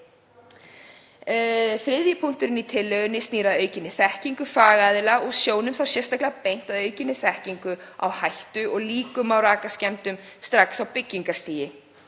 Þriðji punkturinn í tillögunni snýr að aukinni þekkingu fagaðila og er sjónum þá sérstaklega beint að aukinni þekkingu á hættu og líkum á rakaskemmdum strax á byggingarstigi.